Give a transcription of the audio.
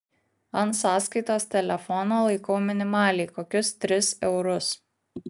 ant sąskaitos telefono laikau minimaliai kokius tris eurus